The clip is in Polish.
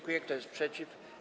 Kto jest przeciw?